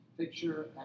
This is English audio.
picture